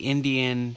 Indian